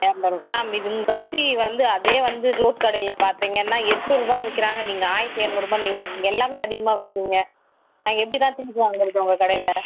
எரநூறு மேம் இது இந்த அரிசி வந்து அதே வந்து ரோட் கடையில் பார்த்தீங்கன்னா எட்நூறுபான்னு விற்கிறாங்க நீங்கள் ஆயிரத்தி எரநூறுபான்னு எல்லாமே அதிகமாக விற்கிறீங்க நாங்கள் எப்படிதான் திங்ஸ் வாங்குகிறது உங்கள் கடையில்